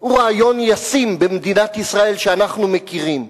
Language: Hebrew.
הוא רעיון ישים במדינת ישראל שאנחנו מכירים.